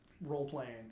role-playing